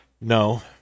no